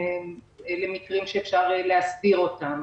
אלה מקרים שאפשר להסדיר אותם.